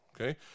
okay